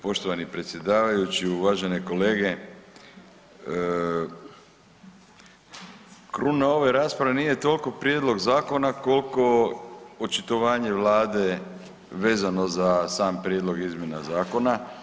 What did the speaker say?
Poštovani predsjedavajući i uvažene kolege, kruna ove rasprave nije toliko prijedlog zakona koliko očitovanje Vlade vezano za sam prijedlog izmjena zakona.